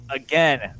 again